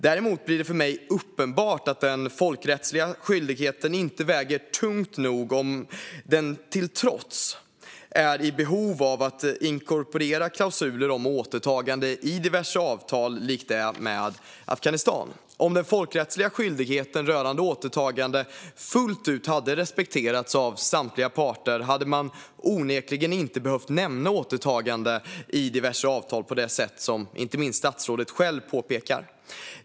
Däremot blir det för mig uppenbart att den folkrättsliga skyldigheten inte väger tungt nog om den till trots är i behov av att man inkorporerar klausuler om återtagande i diverse avtal likt det med Afghanistan. Om den folkrättsliga skyldigheten rörande återtagande fullt ut hade respekterats av samtliga parter hade man onekligen inte behövt nämna återtagande i diverse avtal på det sätt som inte minst statsrådet själv påpekar.